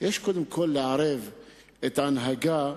יש לערב קודם את ההנהגה,